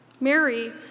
Mary